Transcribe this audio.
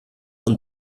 und